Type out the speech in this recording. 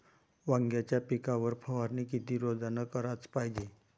वांग्याच्या पिकावर फवारनी किती रोजानं कराच पायजे?